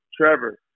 Trevor